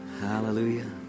Hallelujah